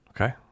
Okay